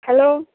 hello